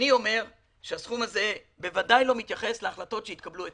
אני אומר שהסכום הזה בוודאי לא מתייחס להחלטות שהתקבלו אתמול.